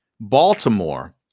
Baltimore